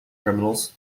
criminals